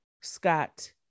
Scott